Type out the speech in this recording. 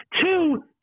Two